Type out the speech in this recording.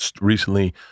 recently